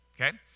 Okay